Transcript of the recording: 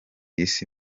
isi